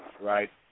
right